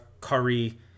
Curry